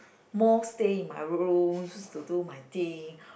more stay in my rooms to do my thing